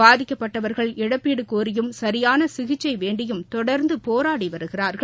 பாதிக்கப்பட்டவர்கள் இழப்பீடு கோரியும் சரியான சிகிச்சை வேண்டியும் தொடர்ந்து போராடி வருகிறா்கள்